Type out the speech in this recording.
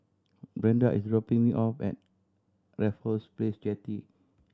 Brenda is dropping me off at Raffles Place Jetty